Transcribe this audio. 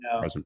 No